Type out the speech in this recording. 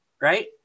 right